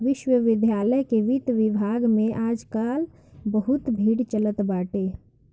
विश्वविद्यालय के वित्त विभाग में आज काल बहुते भीड़ चलत बाटे